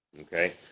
okay